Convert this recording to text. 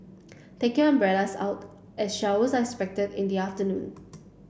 take your umbrellas out as showers are expected in the afternoon